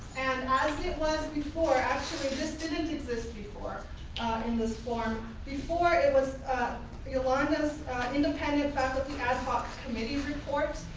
and as it was before, actually this didn't exist before in this form. before it was yolanda's independent faculty ad hoc committee reports.